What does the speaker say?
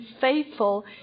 faithful